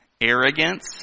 Arrogance